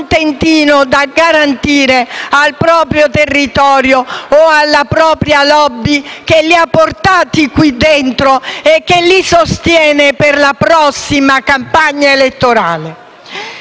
da garantire al proprio territorio o alla propria *lobby*, che li ha portati qui dentro e li sostiene per la prossima campagna elettorale.